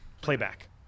playback